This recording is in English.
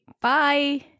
Bye